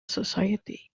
society